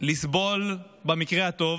לסבול במקרה הטוב.